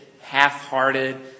half-hearted